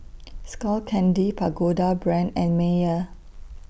Skull Candy Pagoda Brand and Mayer